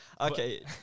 Okay